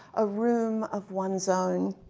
a room of one's own,